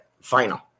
final